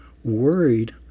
worried